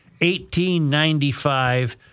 1895